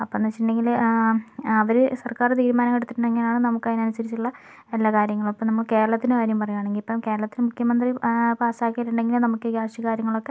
അപ്പം എന്താന്ന് വച്ചിട്ടുണ്ടെങ്കില് അവര് സർക്കാർ തീരുമാനങ്ങൾ എടുത്തിട്ടുണ്ടെങ്കിൽ അത് നമുക്ക് അതിനനുസരിച്ചുള്ള എല്ലാ കാര്യങ്ങളും അപ്പം നമുക്ക് കേരളത്തിൻ്റെ കാര്യം പറയുകയാണെങ്കിൽ ഇപ്പം കേരളത്തില് മുഖ്യമന്ത്രി പാസാക്കിയിട്ടുണ്ടെങ്കിൽ നമുക്ക് ഈ കാശ് കാര്യങ്ങളൊക്കെ